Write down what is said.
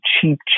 cheap